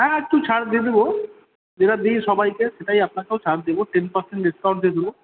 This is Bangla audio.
হ্যাঁ একটু ছাড় দিয়ে দেবো যেটা দিই সবাইকে সেটাই আপনাকেও ছাড় দেবো টেন পার্সেন্ট ডিসকাউন্ট দিয়ে দেবো